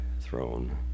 throne